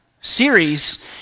series